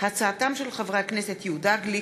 של חברי הכנסת יהודה גליק,